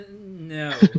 No